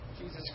Jesus